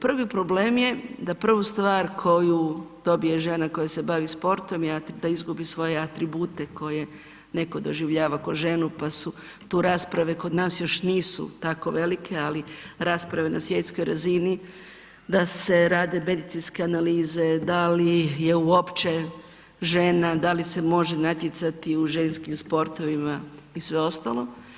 Prvi problem je da prvu stvar koju dobije žena koja se bavi sportom je da izgubi svoje atribute koje netko doživljava ko ženu, pa su tu rasprave, kod nas još nisu tako velike, ali rasprave na svjetskoj razini da se rade medicinske analize, da li je uopće žena, da li se može natjecati u ženskim sportovima i sve ostalo.